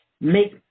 make